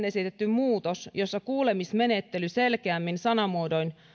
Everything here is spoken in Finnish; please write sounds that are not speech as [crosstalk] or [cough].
[unintelligible] esitetty muutos jossa kuulemismenettely selkeämmin sanamuodoin